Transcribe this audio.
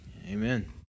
Amen